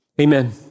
Amen